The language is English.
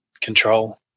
control